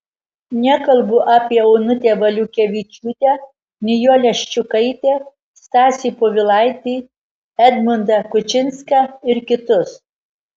nekalbu apie onutę valiukevičiūtę nijolę ščiukaitę stasį povilaitį edmundą kučinską ir kitus